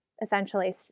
essentially